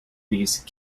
these